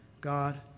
God